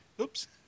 oops